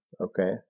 Okay